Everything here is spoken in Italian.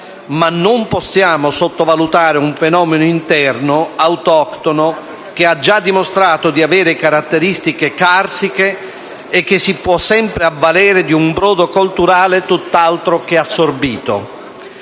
ma non possiamo sottovalutare un fenomeno interno, autoctono, che ha già dimostrato di avere caratteristiche carsiche e che si può sempre avvalere di un brodo colturale tutt'altro che assorbito.